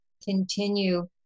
Continue